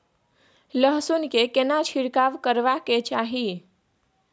लहसुन में केना छिरकाव करबा के चाही?